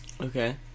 Okay